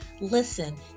Listen